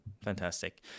Fantastic